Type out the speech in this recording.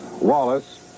Wallace